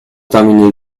terminez